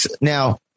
now